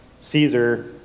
Caesar